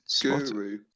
...Guru